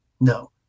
No